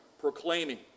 proclaiming